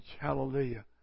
hallelujah